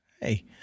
Hey